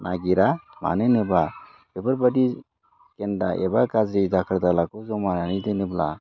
नागिरा मानो होनोबा बेफोरबायदि गेन्दा एबा गाज्रि दाखोर दालाफोरखौ जमायनानै दोनोब्ला